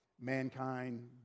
Mankind